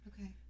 Okay